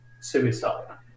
suicide